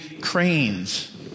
cranes